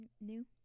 new